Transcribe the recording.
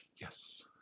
Yes